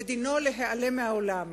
ודינו להיעלם מן העולם.